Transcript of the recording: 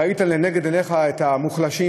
ראית לנגד עיניך את המוחלשים,